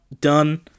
done